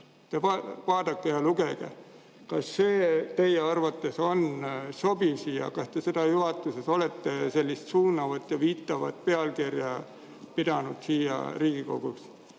Te vaadake ja lugege! Kas see teie arvates on sobiv siia? Kas te juhatuses olete sellist suunavat ja viitavat pealkirja pidanud Riigikogus